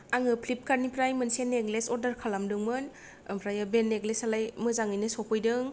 आङो फ्लिपकार्तनिफ्राय मोनसे नेकलेस अर्दार खालामदोंमोन ओमफ्रायो बे नेकलेसालाय मोजाङैनो सफैदों